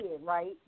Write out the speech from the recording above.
right